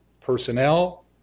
personnel